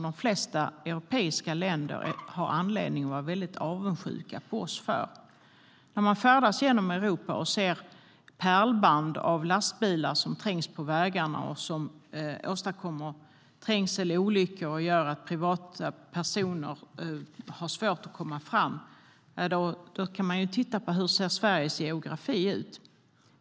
De flesta europeiska länder har anledning att vara väldigt avundsjuka på oss för det. När man färdas genom Europa och ser pärlband av lastbilar som trängs på vägarna och som åstadkommer trängsel och olyckor och gör att privatpersoner har svårt att komma fram kan man tänka på hur Sveriges geografi ser ut.